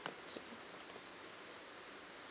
K